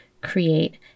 create